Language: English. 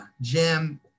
Jim